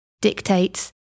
dictates